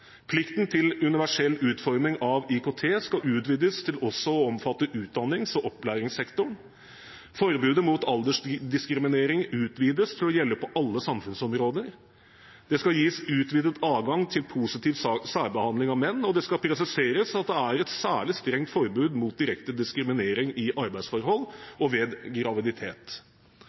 Plikten til universell utforming av IKT skal utvides til også å omfatte utdannings- og opplæringssektoren. Forbudet mot aldersdiskriminering utvides til å gjelde på alle samfunnsområder. Det skal gis utvidet adgang til positiv særbehandling av menn, og det skal presiseres at det er et særlig strengt forbud mot direkte diskriminering i arbeidsforhold og ved graviditet.